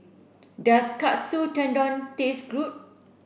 does Katsu Tendon taste good